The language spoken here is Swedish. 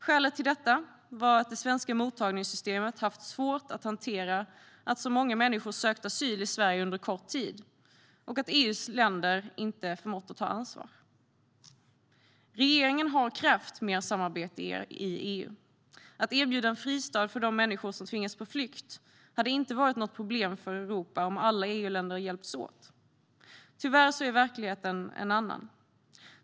Skälet till detta var att det svenska mottagningssystemet haft svårt att hantera att så många människor sökt asyl i Sverige under kort tid och att EU:s länder inte förmått att ta ansvar. Regeringen har krävt mer samarbete i EU. Att erbjuda en fristad för de människor som tvingas på flykt hade inte varit något problem för Europa om alla EU-länder hade hjälpts åt. Tyvärr är verkligheten en annan.